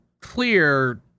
clear